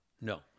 No